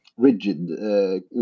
Rigid